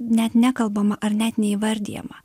net nekalbama ar net neįvardijama